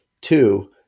Two